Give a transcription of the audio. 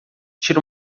tira